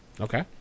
okay